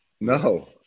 No